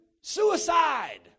suicide